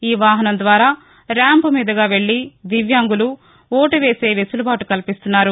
ఈ వాహనం ద్వారా ర్యాంపు మీదుగా వెళ్ళి దివ్యాంగులు ఓటు వేసే వెసులుబాటు కల్పిస్తున్నారు